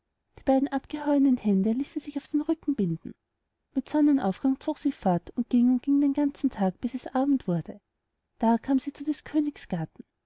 die beiden abgehauenen hände ließ sie sich auf den rücken binden mit sonnenaufgang zog sie fort und ging und ging den ganzen tag bis es abend wurde da kam sie zu des königs